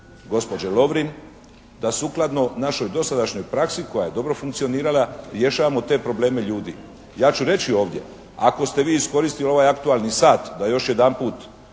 gospođe Lovrin da sukladno našoj dosadašnjoj praksi koja je dobro funkcionirala rješavamo te probleme ljudi. Ja ću reći ovdje, ako ste vi iskoristili ovaj aktualni sat da još jedanput